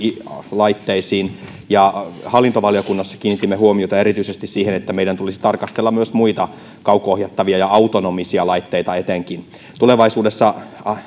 laitteisiin ja hallintovaliokunnassa kiinnitimme huomiota erityisesti siihen että meidän tulisi tarkastella myös muita kauko ohjattavia ja etenkin autonomisia laitteita tulevaisuudessa